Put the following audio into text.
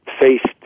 faced